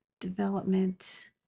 Development